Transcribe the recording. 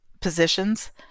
positions